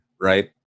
right